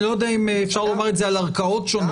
ואני לא יודע אם אפשר לומר את זה על ערכאות שונות